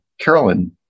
Carolyn